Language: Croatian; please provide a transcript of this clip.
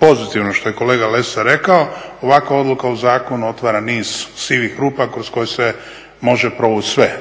pozitivno što je kolega Lesar rekao ovakva odluka u zakonu otvara niz sivih rupa kroz koju se može provući sve.